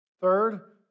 Third